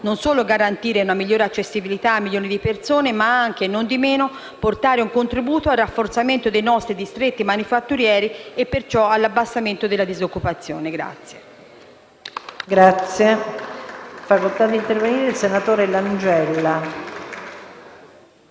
non solo garantire una migliore accessibilità a milioni di persone, ma anche e non di meno, portare un contributo al rafforzamento dei nostri distretti manifatturieri e perciò alla diminuzione della disoccupazione.